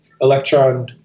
electron